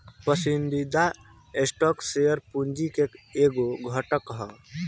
पसंदीदा stock share पूंजी के एगो घटक ह